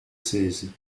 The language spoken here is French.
seize